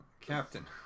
Captain